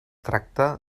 tracta